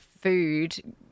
food